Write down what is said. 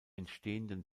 entstehenden